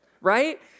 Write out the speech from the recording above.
Right